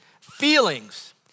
feelings